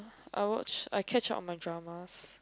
I watch I catch up on my dramas